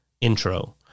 intro